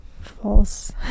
false